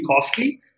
costly